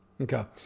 Okay